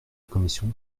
commission